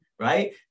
right